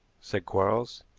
said quarles.